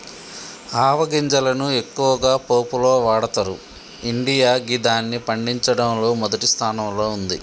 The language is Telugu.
ఆవ గింజలను ఎక్కువగా పోపులో వాడతరు ఇండియా గిదాన్ని పండించడంలో మొదటి స్థానంలో ఉంది